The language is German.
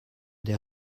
der